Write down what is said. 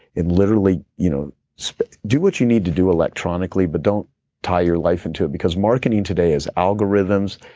and literally, you know so do what you need to do electronically, but don't tie your life into it. because marketing today is algorithms,